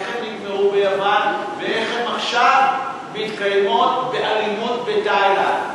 איך הן נגמרו ביוון ואיך הן עכשיו מתקיימות באלימות בתאילנד.